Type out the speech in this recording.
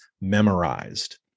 memorized